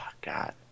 God